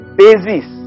basis